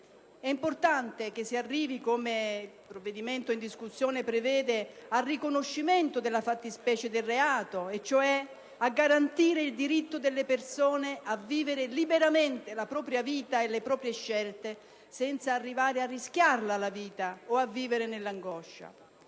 È importante che si arrivi, come il provvedimento in discussione prevede, al riconoscimento della fattispecie di reato così da garantire il diritto delle persone a vivere liberamente la propria vita e le proprie scelte, senza arrivare a rischiarla o a vivere nell'angoscia.